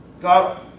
God